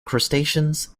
crustaceans